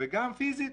וגם פיזית,